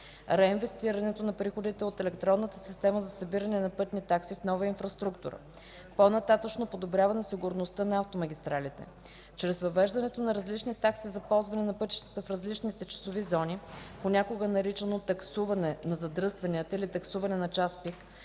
реинвестирането на приходите от Електронната система за събиране на пътни такси в нова инфраструктура; по-нататъшно подобряване сигурността на автомагистралите. Чрез въвеждането на различни такси за ползване на пътищата в различните часови зони (понякога наричано „таксуване на задръстванията” или „таксуване на час пик”)